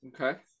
okay